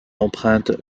empreinte